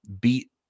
beat